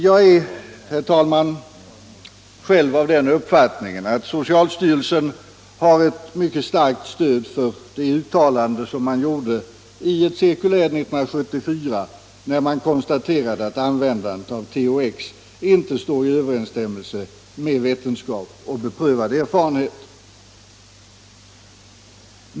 Jag har, herr talman, själv den uppfattningen att socialstyrelsen har ett mycket starkt stöd för det uttalande man gjorde i ett cirkulär 1974, då man konstaterade att användandet av THX inte stode i överensstämmelse med vetenskap och beprövad erfarenhet.